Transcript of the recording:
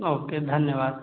okay धन्यवाद